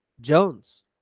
Jones